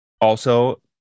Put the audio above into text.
Also-